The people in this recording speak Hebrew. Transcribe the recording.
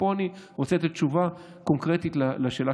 ופה אני רוצה לתת תשובה קונקרטית על השאלה